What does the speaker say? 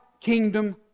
kingdom